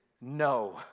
no